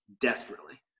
Desperately